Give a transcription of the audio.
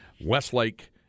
Westlake